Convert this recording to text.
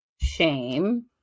shame